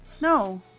No